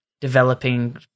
developing